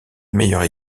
meilleure